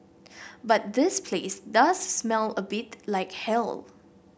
but this place does smell a bit like hell